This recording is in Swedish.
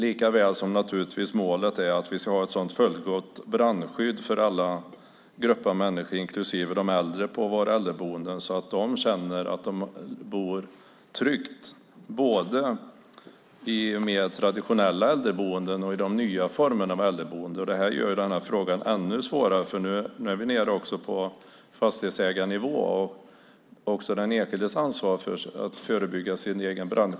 Målet är naturligtvis att vi ska ha ett fullgott brandskydd för alla grupper av människor, inklusive de äldre på våra äldreboenden. De ska känna att de bor tryggt, både i mer traditionella äldreboenden och i de nya former av äldreboenden som finns. Detta gör frågan ännu svårare, eftersom vi nu är nere på såväl fastighetsägarnivå som den enskildes ansvar att förebygga brand.